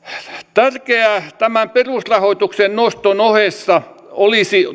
tärkeää tämän perusrahoituksen noston ohessa olisi